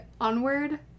onward